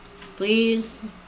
Please